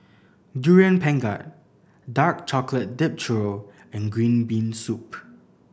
Durian Pengat dark chocolate dipped churro and green bean soup